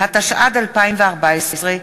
התשע"ד 2014,